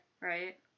Right